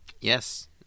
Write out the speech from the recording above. Yes